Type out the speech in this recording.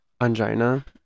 Angina